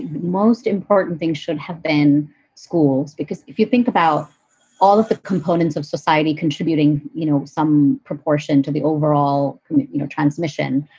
most important things should have been schools, because if you think about all of the components of society contributing you know some proportion to the overall you know transmission,